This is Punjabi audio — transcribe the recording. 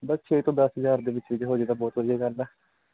ਬਸ ਛੇ ਤੋਂ ਦਸ ਹਜ਼ਾਰ ਦੇ ਵਿੱਚ ਵਿੱਚ ਹੋੋਜੇ ਤਾਂ ਬਹੁਤ ਵਧੀਆ ਗੱਲ ਹੈ